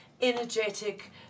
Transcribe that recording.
energetic